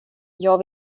jag